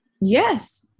Yes